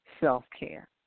self-care